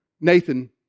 Nathan